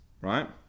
Right